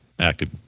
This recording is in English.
active